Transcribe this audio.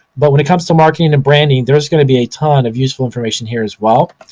but when it comes to marketing and branding, there's going to be a ton of useful information here as well.